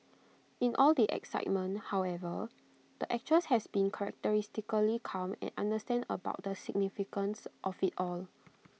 in all the excitement however the actress has been characteristically calm and understated about the significance of IT all